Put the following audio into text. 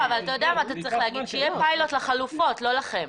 אתה צריך להגיד שיהיה פיילוט לחלופות, לא לכם.